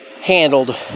handled